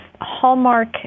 hallmark